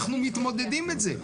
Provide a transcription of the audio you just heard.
אנחנו מתמודדים עם זה.